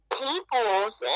peoples